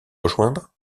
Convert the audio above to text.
rejoindre